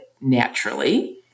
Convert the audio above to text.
naturally